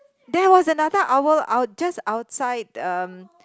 there was another owl out just outside um